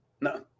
No